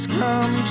come